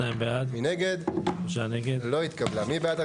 הצבעה בעד, 2 נגד,